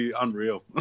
unreal